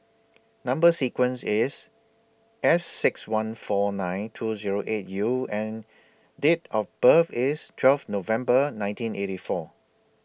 Number sequence IS S six one four nine two Zero eight U and Date of birth IS twelve November nineteen eighty four